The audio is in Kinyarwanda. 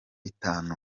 itanu